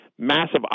massive